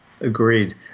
Agreed